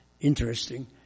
interesting